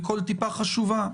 וכל טיפה חשובה,